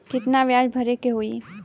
कितना ब्याज भरे के होई?